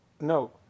No